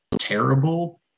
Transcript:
terrible